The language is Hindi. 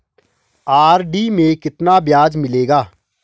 आर.डी में कितना ब्याज मिलेगा?